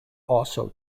also